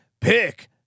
Pick